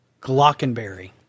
Glockenberry